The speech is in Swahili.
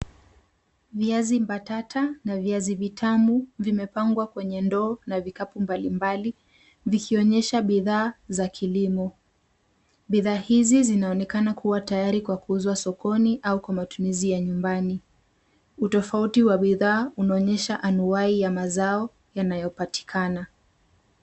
Viazi mbatata na viazi vitamu vimepangwa kwenye ndoo na vikapu mbalimbali, vikionyesha bidhaa za kilimo. Bidhaa hizi zinaonekana kuwa tayari kwa kuuzwa sokoni au kwa matumizi ya nyumbani. Utofauti wa bidhaa unaonyesha anuwai ya mazao yanayopatikana.